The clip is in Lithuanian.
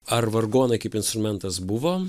ar vargonai kaip instrumentas buvo